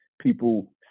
People